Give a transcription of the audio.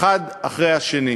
האחד אחרי השני.